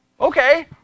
Okay